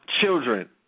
children